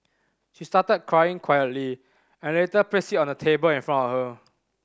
she started crying quietly and later placed it on the table in front of her